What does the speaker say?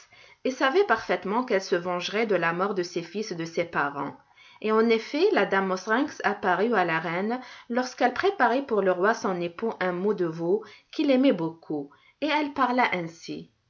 et savait parfaitement qu'elle se vengerait de la mort de ses fils et de ses parents et en effet la dame mauserinks apparut à la reine lorsqu'elle préparait pour le roi son époux un mou de veau qu'il aimait beaucoup et elle parla ainsi